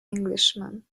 englishman